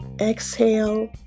exhale